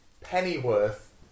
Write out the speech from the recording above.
Pennyworth